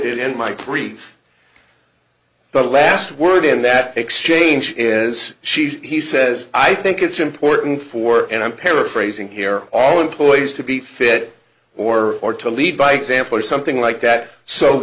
in my pre the last word in that exchange is she he says i think it's important for and i'm paraphrasing here all employees to be fit for or to lead by example or something like that so